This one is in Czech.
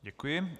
Děkuji.